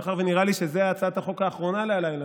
מאחר שנראה לי שזאת הצעת החוק האחרונה הלילה,